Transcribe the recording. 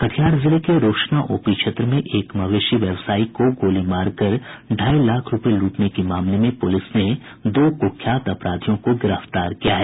कटिहार जिले के रोशना ओपी क्षेत्र में एक मवेशी व्यवसायी को गोली मारकर ढाई लाख रूपये लूटने के मामले में पुलिस ने दो कुख्यात अपराधियों को गिरफ्तार किया है